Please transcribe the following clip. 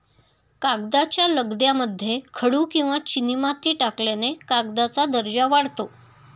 कागदाच्या लगद्यामध्ये खडू किंवा चिनीमाती टाकल्याने कागदाचा दर्जा वाढतो